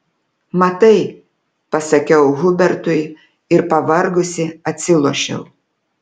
matai pasakiau hubertui ir pavargusi atsilošiau